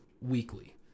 Weekly